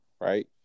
right